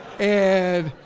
and,